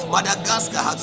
Madagascar